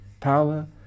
Power